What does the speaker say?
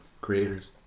creators